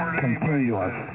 continuous